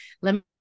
let